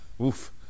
oof